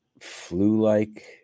flu-like